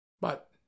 But